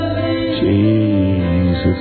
Jesus